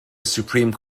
supreme